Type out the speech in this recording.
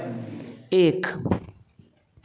एक